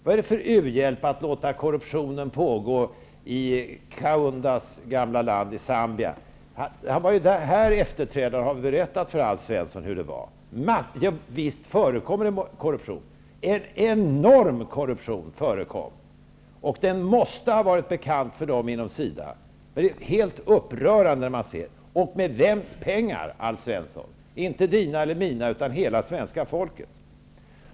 Vad är det för u-hjälp att låta korruptionen pågå i Kaundas land Zambia? Kaundas efterträdare har ju berättat för Alf Svensson hur det var. Visst förekommer det korruption. Det har varit fråga om enorm korruption. Det måste ha varit bekant inom SIDA. Det är helt upprörande. Och vems pengar var det fråga om, Alf Svensson? Det var inte dina eller mina, utan svenska folkets.